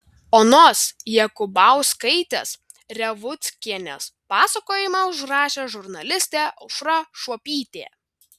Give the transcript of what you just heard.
onos jakubauskaitės revuckienės pasakojimą užrašė žurnalistė aušra šuopytė